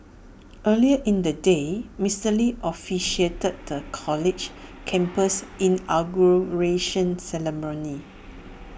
earlier in the day Mister lee officiated the college's campus inauguration ceremony